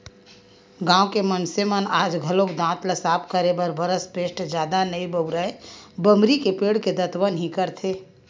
गाँव के मनसे मन आज घलोक दांत ल साफ करे बर बरस पेस्ट जादा नइ बउरय बमरी पेड़ के दतवन ही करथे